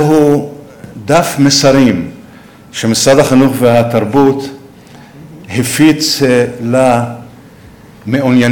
זהו דף מסרים שמשרד החינוך והתרבות הציף למעוניינים